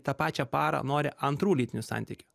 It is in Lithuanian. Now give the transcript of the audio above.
tą pačią parą nori antrų lytinių santykių